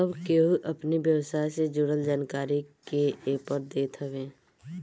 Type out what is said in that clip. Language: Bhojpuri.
सब केहू अपनी व्यवसाय से जुड़ल जानकारी के एपर देत हवे